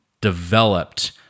developed